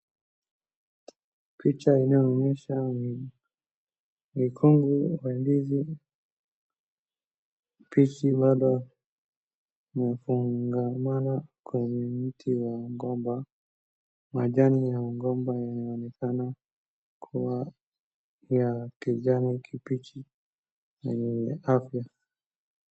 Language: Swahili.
Picha inayyonyesha ni mkonga wa ndizi, ndizi bado imefungamana kwenye mti wa mgomba, majani ya mgomba yanaonekana kuwa ya kijani kibichi na yenye afya.